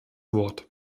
wort